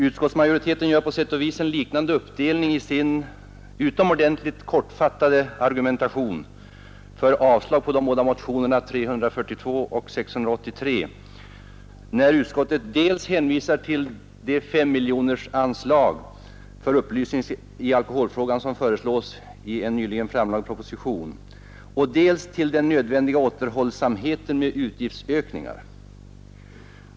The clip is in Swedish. Utskottsmajoriteten gör på sätt och vis en liknande uppdelning i sin utomordentligt kortfattade argumentation för avslag på de båda motionerna 342 och 683, när utskottet hänvisar dels till det 5-miljonersanslag för upplysning i alkoholfrågan som föreslås i en nyligen framlagd proposition, dels till den nödvändiga återhållsamheten med utgiftsökningar.